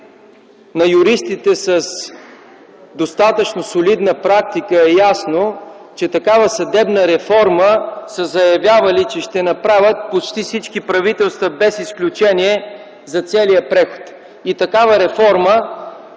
на юристите с достатъчно солидна практика е ясно, че такава съдебна реформа са заявявали, че ще направят почти всички правителства без изключение за целия преход. И такава реформа